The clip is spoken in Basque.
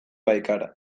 baikara